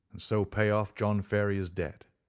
and so pay off john ferrier's debt.